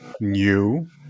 new